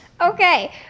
Okay